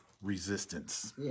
resistance